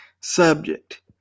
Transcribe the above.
subject